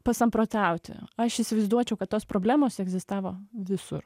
pasamprotauti aš įsivaizduočiau kad tos problemos egzistavo visur